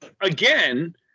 again